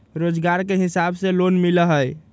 रोजगार के हिसाब से लोन मिलहई?